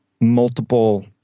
multiple